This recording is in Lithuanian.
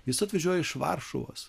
jis atvažiuoja iš varšuvos